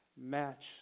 match